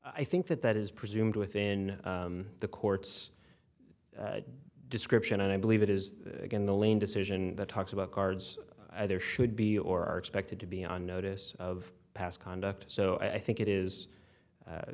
i think that that is presumed within the court's description and i believe it is again the lane decision that talks about cards there should be or are expected to be on notice of past conduct so i think it is